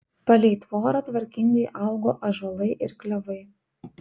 palei tvorą tvarkingai augo ąžuolai ir klevai